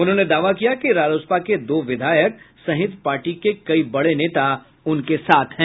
उन्होंने दावा किया कि रालोसपा के दो विधायक सहित पार्टी के कई बड़े नेता उनके साथ हैं